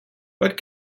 but